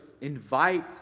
invite